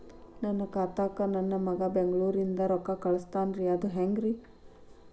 ನನ್ನ ಖಾತಾಕ್ಕ ನನ್ನ ಮಗಾ ಬೆಂಗಳೂರನಿಂದ ರೊಕ್ಕ ಕಳಸ್ತಾನ್ರಿ ಅದ ಹೆಂಗ್ರಿ?